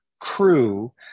crew